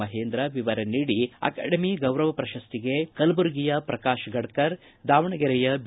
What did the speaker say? ಮಹೇಂದ್ರ ವಿವರ ನೀಡಿ ಅಕಾಡೆಮಿ ಗೌರವ ಪ್ರಶಸ್ತಿಗೆ ಕಲಬುರಗಿಯ ಪ್ರಕಾಶ ಗಡ್ಡರ್ ದಾವಣಗೆರೆಯ ಬಿ